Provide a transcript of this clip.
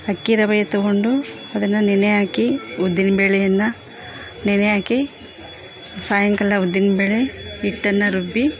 ಅಕ್ಕಿ ರವೆ ತಗೊಂಡು ಅದನ್ನ ನೆನೆ ಹಾಕಿ ಉದ್ದಿನ ಬೇಳೆಯನ್ನ ನೆನೆ ಹಾಕಿ ಸಾಯಂಕಾಲ ಉದ್ದಿನ ಬೇಳೆ ಹಿಟ್ಟನ್ನ ರುಬ್ಬಿ